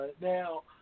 now